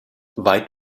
weit